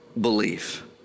belief